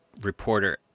Reporter